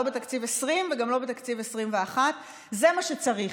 לא בתקציב 2020 וגם לא בתקציב 2021. זה מה שצריך,